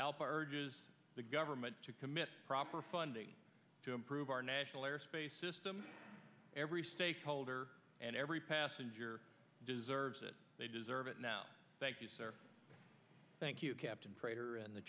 album urges the government to commit proper funding to improve our national airspace system every stakeholder and every passenger deserves it they deserve it now thank you sir thank you captain prater in the